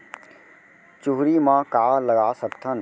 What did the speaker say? चुहरी म का लगा सकथन?